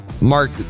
Mark